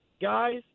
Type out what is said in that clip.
guys